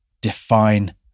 define